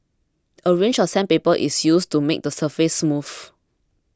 a range of sandpaper is used to make the surface smooth